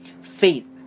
faith